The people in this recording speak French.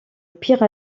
pire